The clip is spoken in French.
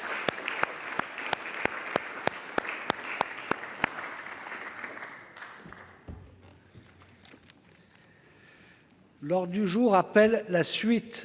L'ordre du jour appelle la suite